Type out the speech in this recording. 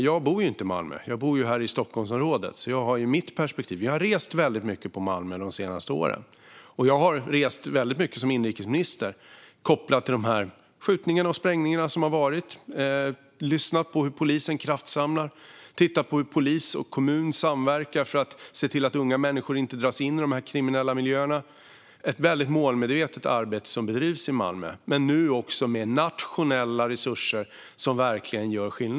Men jag bor inte i Malmö utan här i Stockholmsområdet. Därför har jag mitt perspektiv. Jag har rest väldigt mycket till Malmö de senaste åren, och jag har som inrikesminister rest väldigt mycket dit kopplat till de skjutningar och sprängningar som har skett. Jag har lyssnat på hur polisen kraftsamlar och tittat på hur polis och kommun samverkar för att se till att unga människor inte dras in i dessa kriminella miljöer. Det är ett mycket målmedvetet arbete som bedrivs i Malmö, men nu också med nationella resurser som verkligen gör skillnad.